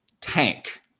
tank